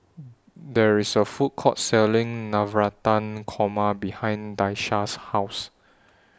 There IS A Food Court Selling Navratan Korma behind Daisha's House